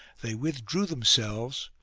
they withdrew themselves,